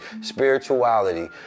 spirituality